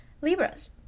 libras